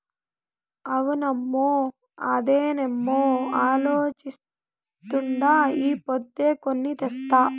అవునమ్మో, అదేనేమో అలోచిస్తాండా ఈ పొద్దే కొని తెస్తా